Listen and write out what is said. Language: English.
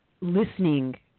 listening